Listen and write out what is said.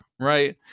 Right